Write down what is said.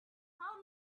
how